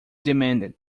demanded